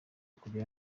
kugera